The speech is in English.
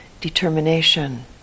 determination